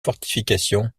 fortifications